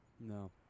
No